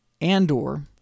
Andor